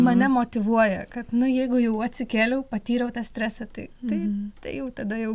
mane motyvuoja kad nu jeigu jau atsikėliau patyriau tą stresą tai tai tai jau tada jau